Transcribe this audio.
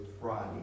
Friday